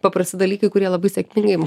paprasti dalykai kurie labai sėkmingai